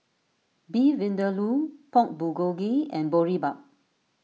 Beef Vindaloo Pork Bulgogi and Boribap